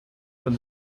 from